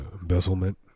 embezzlement